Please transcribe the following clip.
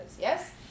Yes